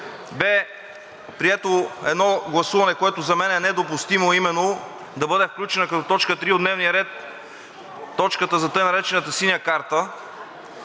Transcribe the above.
бе прието едно гласуване, което за мен е недопустимо, а именно да бъде включена като точка три от дневния ред точката за така наречената Синя карта.